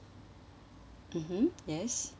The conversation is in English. mmhmm yes